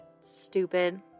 Stupid